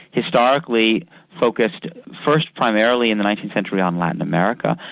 historically focused first primarily in the nineteenth century on latin america,